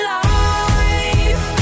life